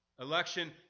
election